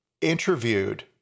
interviewed